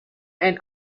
and